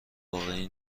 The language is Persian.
واقعی